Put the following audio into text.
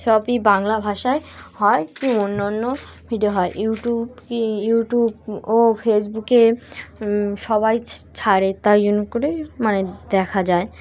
সবই বাংলা ভাষায় হয় কি অন্য অন্য ভিডিও হয় ইউটিউব কি ইউটিউব ও ফেসবুকে সবাই ছাড়ে তাই জন্য করে মানে দেখা যায়